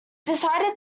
decided